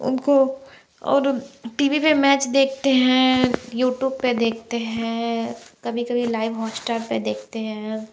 उनको और T V पर मैच देखते हैं यूट्यूब पर देखते हैं कभी कभी लाइव हॉटस्टार पर देखते हैं